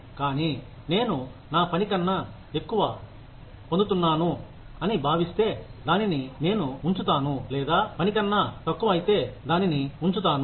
కానీ నేను నా పని కన్నా ఎక్కువ పొందుతున్నాను అని భావిస్తే దానిని నేను ఉంచుతాను లేదా పని కన్నా తక్కువ అయితే దానిని ఉంచుతాను